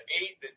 eight